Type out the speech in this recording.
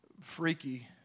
freaky